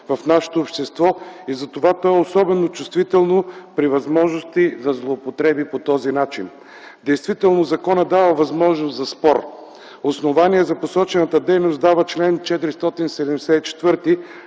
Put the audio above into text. в нашето общество и затова то е особено чувствително при възможности за злоупотреби по този начин. Действително законът дава възможност за спор. Основание за посочената дейност дава чл. 474,